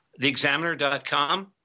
TheExaminer.com